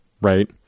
right